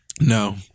No